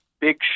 big